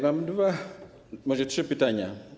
Mam dwa, może trzy pytania.